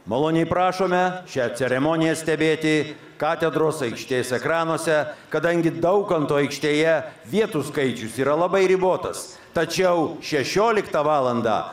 maloniai prašome šią ceremoniją stebėti katedros aikštės ekranuose kadangi daukanto aikštėje vietų skaičius yra labai ribotas tačiau šešioliktą valandą